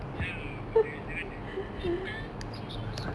ya got the that [one] the